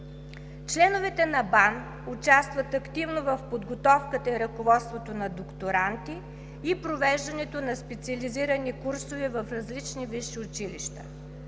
Членовете на БАН участват активно в подготовката и ръководството на докторанти и провеждането на специализирани курсове в различни висши училища.